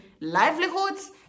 livelihoods